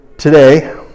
today